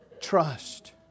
Trust